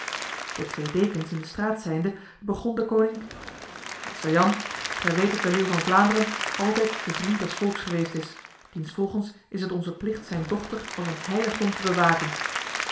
de twee dekens in de straat zijnde begon deconinck meester jan gij weet dat de leeuw van vlaanderen altijd de vriend des volks geweest is diensvolgens is het onze plicht zijn dochter als een heiligdom te bewaken